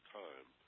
time